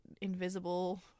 invisible